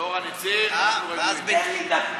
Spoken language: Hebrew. כשאורן הצהיר, אנחנו רגועים.